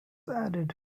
added